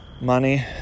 money